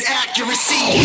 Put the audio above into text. accuracy